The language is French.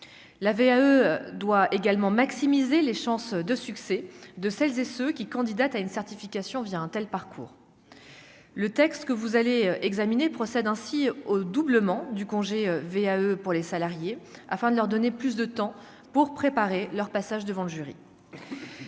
la VAE doit également maximiser les chances de succès de celles et ceux qui, candidate à une certification via un tel parcours. Le texte que vous allez examiner procède ainsi au doublement du congé VAE pour les salariés, afin de leur donner plus de temps pour préparer leur passage devant le jury,